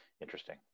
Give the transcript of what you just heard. interesting